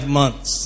months